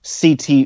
ct